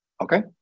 Okay